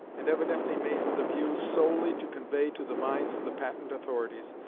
and evidently made with a view solely to convey to the minds of the patent authorities,